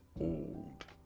old